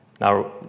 Now